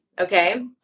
Okay